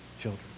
children